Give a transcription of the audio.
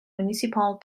municipal